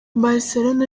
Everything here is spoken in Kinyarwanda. barcelona